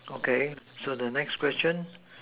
okay so the next question